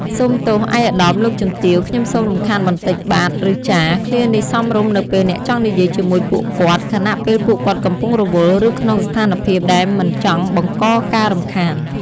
"សូមទោសឯកឧត្តម លោកជំទាវ ខ្ញុំសូមរំខានបន្តិចបាទ ឬ ចាស" ឃ្លានេះសមរម្យនៅពេលអ្នកចង់និយាយជាមួយពួកគាត់ ខណៈពេលពួកគាត់កំពុងរវល់ ឬក្នុងស្ថានភាពដែលអ្នកមិនចង់បង្កការរំខាន។